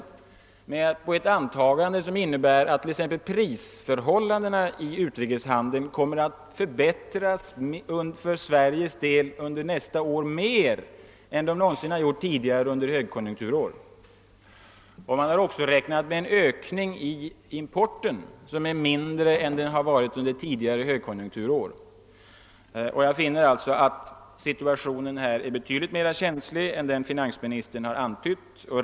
Institutet har nämligen stannat vid ett antagande att t.ex. prisförhållandena i utrikeshandeln för Sveriges del under nästa år kommer att förbättras mer än tidigare under högkonjunkturår. Institutet har också räknat med en ökning av importen som är mindre än under tidigare högkonjunkturår. Jag finner alltså att situationen är betydligt mera känslig än vad finansministern har antytt.